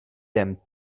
them